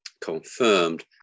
confirmed